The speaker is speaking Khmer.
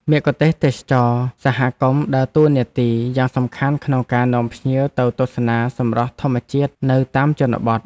មគ្គុទ្ទេសក៍ទេសចរណ៍សហគមន៍ដើរតួនាទីយ៉ាងសំខាន់ក្នុងការនាំភ្ញៀវទៅទស្សនាសម្រស់ធម្មជាតិនៅតាមជនបទ។